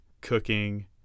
cooking